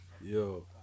Yo